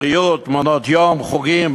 בריאות, מעונות-יום, חוגים.